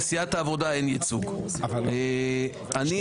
את צריכה להבין --- אני מבינה,